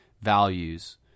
Values